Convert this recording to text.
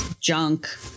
junk